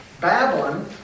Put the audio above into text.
Babylon